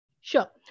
Sure